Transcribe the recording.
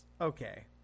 Okay